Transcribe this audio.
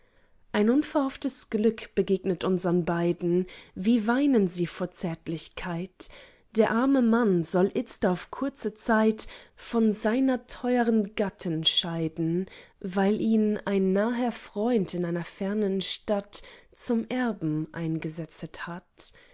ein unverhofftes glück begegnet unsern beiden wie weinen sie vor zärtlichkeit der arme mann soll itzt auf kurze zeit von seiner teuren gattin scheiden weil ihn ein naher freund in einer fernen stadt zum erben eingesetzet hat